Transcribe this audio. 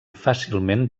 fàcilment